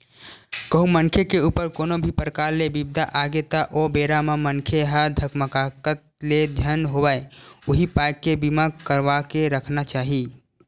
कहूँ मनखे के ऊपर कोनो भी परकार ले बिपदा आगे त ओ बेरा म मनखे ह धकमाकत ले झन होवय उही पाय के बीमा करवा के रखना चाही